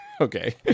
okay